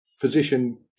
position